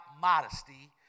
modesty